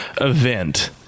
event